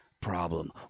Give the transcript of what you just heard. problem